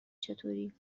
چطوری